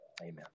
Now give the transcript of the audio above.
Amen